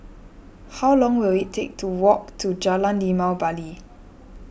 how long will it take to walk to Jalan Limau Bali